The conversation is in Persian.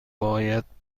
باید